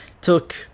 Took